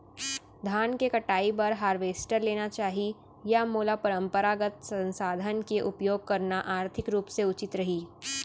धान के कटाई बर हारवेस्टर लेना चाही या मोला परम्परागत संसाधन के उपयोग करना आर्थिक रूप से उचित रही?